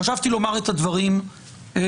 חשבתי לומר את הדברים בשקט,